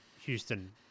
Houston